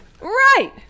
right